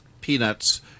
Peanuts